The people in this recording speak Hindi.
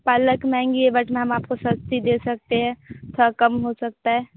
पालक महँगी है बट मैम आपको सस्ती दे सकते हैं थोड़ा कम हो सकता है